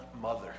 mother